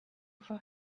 for